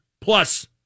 plus